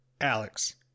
Alex